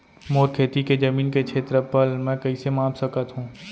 मोर खेती के जमीन के क्षेत्रफल मैं कइसे माप सकत हो?